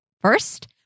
first